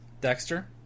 Dexter